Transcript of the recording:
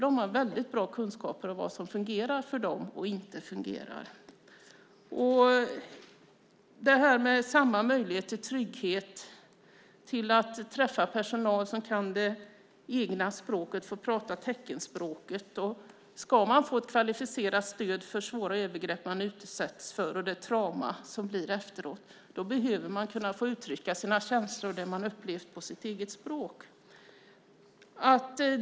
De har väldigt bra kunskaper om vad som fungerar för dem och vad som inte fungerar. Dessa människor ska ha samma möjlighet till trygghet och träffa personal som kan det egna språket och få tala teckenspråk. Ska man få kvalificerat stöd för svåra övergrepp man utsätts för eller det trauma som blir efteråt behöver man kunna uttrycka sina känslor och det man upplevt på sitt eget språk.